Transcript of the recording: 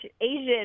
Asian